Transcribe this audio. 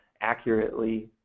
accurately